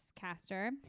caster